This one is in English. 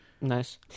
Nice